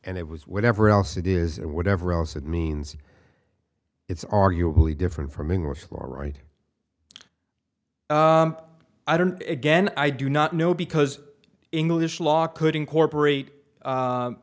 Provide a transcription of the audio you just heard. and it was whatever else it is and whatever else it means it's arguably different from english law right i don't again i do not know because english law could incorporate